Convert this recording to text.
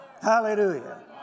Hallelujah